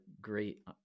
great